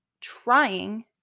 trying